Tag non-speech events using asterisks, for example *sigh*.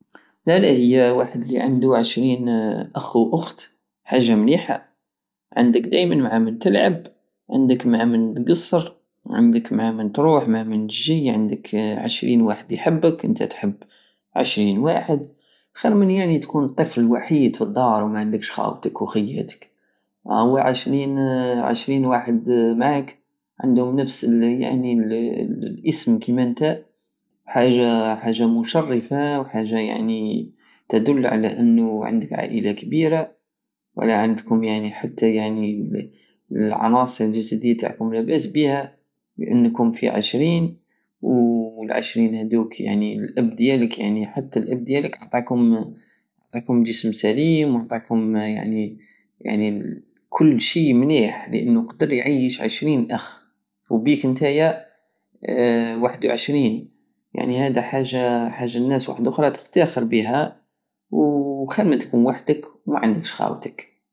لالا هي الواحد الي عندو عشرين اخ واخت حاجة مليحة عندك دايمن معا من تلعب عندك مع نت تقسر عندك معامن تروح معامن تجي عندك عشرين واحد يحبك نتى تحب عشرين واحد خير من يعني تكون نتى طفل الوحيد في الدار ومنعندكش خاوتك وخياتك اواه عشرين- عشرين واحد معاك عندو نفس يعني الاسم كيما نتا حاجة- حاجة مشرفة وحاجة يعني تدل على انو عندك عائلة كبيرة وعلى عندكم يعني حتى يعني العناصر الجسدية تاعكم لاباس بيها لانكم في عشرين والعشرين هادوك يعني الاب ديالك يعني حتى الاب ديالك عطاكم- عطاكم جسم سليم واعطاكم يعني- يعني *hesitation* كل شيء مليح لانو قدر يعيش عشرين اخ وبيك نتايا *hesitation* واحد وعشرين يعني هدا حاجة- حاجة الناس وحدوخرى تفتاخر بيها وخير من تكون وحدك ومعندكش خاوتك